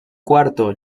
cuarto